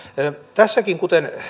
tässäkin kuten